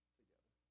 together